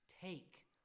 take